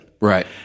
Right